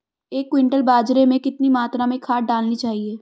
एक क्विंटल बाजरे में कितनी मात्रा में खाद डालनी चाहिए?